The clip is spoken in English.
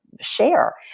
share